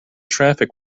traffic